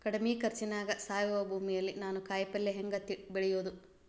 ಕಡಮಿ ಖರ್ಚನ್ಯಾಗ್ ಸಾವಯವ ಭೂಮಿಯಲ್ಲಿ ನಾನ್ ಕಾಯಿಪಲ್ಲೆ ಹೆಂಗ್ ಬೆಳಿಯೋದ್?